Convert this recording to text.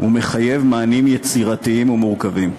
שמחייב מענים יצירתיים ומורכבים.